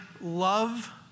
love